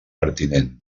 pertinent